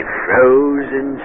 frozen